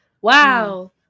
Wow